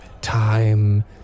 time